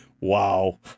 Wow